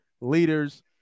leaders